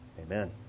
Amen